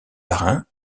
parrain